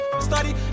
study